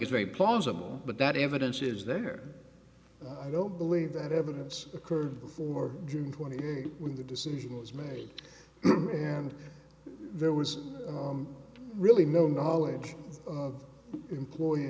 it's very plausible but that evidence is there i don't believe that evidence occurred before june twentieth when the decision was made and there was really no knowledge of employee